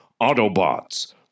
Autobots